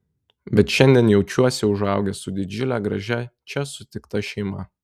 bet šiandien jaučiuosi užaugęs su didžiule gražia čia sutikta šeima